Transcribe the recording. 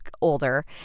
older